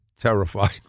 Terrified